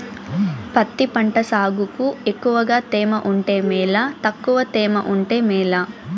పత్తి పంట సాగుకు ఎక్కువగా తేమ ఉంటే మేలా తక్కువ తేమ ఉంటే మేలా?